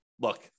look